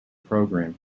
program